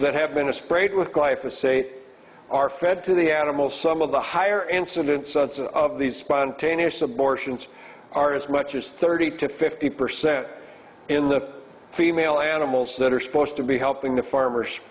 that have been a sprayed with life of say are fed to the animal some of the higher incidence of these spontaneous abortions are as much as thirty to fifty percent in the female animals that are supposed to be helping the farmers